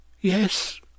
Yes